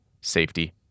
safety